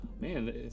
man